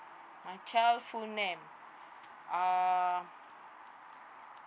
my child full name uh